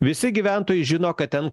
visi gyventojai žino kad ten